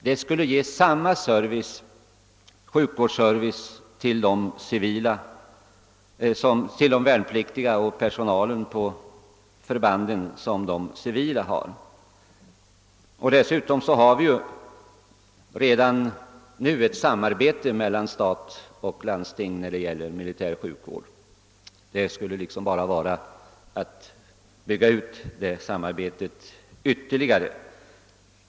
Det skulle ge samma sjukvårdsservice till de värnpliktiga och övrig personal på förbanden som till de civila. Dessutom har vi ju redan nu ett samarbete mellan staten och landstingen i fråga om militärsjukvården; det skulle bara gälla att bygga ut det samarbetet ytterligare.